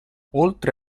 oltre